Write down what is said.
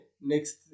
next